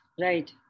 Right